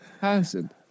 person